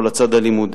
או לצד הלימודי,